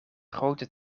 grote